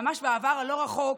ממש בעבר הלא-רחוק,